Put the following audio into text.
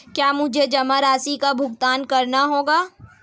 क्या मुझे जमा राशि का भुगतान करना होगा?